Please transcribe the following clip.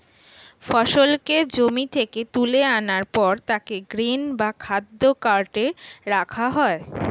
ফসলকে জমি থেকে তুলে আনার পর তাকে গ্রেন বা খাদ্য কার্টে রাখা হয়